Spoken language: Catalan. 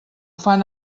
fan